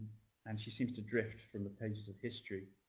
and she seems to drift from the pages of history.